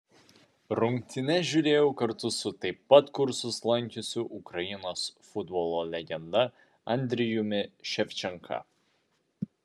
rungtynes žiūrėjau kartu su taip pat kursus lankiusiu ukrainos futbolo legenda andrijumi ševčenka